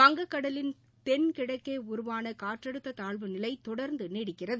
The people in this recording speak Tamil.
வங்கக் கடலின் தென்கிழக்கேஉருவானகாற்றழுத்ததாழ்வு நிலைதொடர்ந்துநீடிக்கிறது